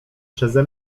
przeze